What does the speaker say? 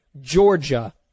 Georgia